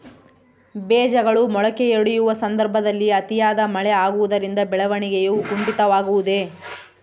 ಬೇಜಗಳು ಮೊಳಕೆಯೊಡೆಯುವ ಸಂದರ್ಭದಲ್ಲಿ ಅತಿಯಾದ ಮಳೆ ಆಗುವುದರಿಂದ ಬೆಳವಣಿಗೆಯು ಕುಂಠಿತವಾಗುವುದೆ?